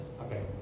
Okay